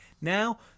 Now